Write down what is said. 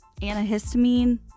antihistamine